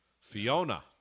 Fiona